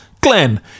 Glenn